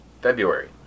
February